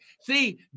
See